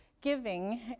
giving